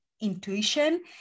intuition